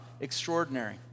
extraordinary